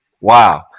wow